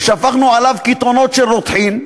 ושפכנו עליו קיתונות של רותחין.